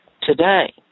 today